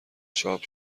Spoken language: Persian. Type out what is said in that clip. چاپ